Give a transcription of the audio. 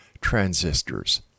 transistors